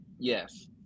yes